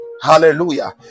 hallelujah